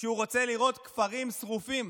שהוא רוצה לראות כפרים שרופים.